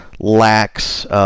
Lacks